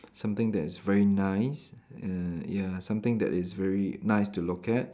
something that is very nice err ya something that is very nice to look at